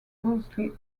ghostly